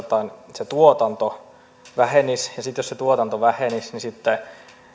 se tuotanto vähenisi ja sitten jos se tuotanto vähenisi niin sitten